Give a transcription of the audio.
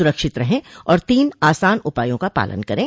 सुरक्षित रहें और तीन आसान उपायों का पालन करें